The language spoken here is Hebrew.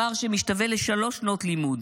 פער שמשתווה לשלוש שנות לימוד.